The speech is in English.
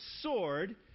sword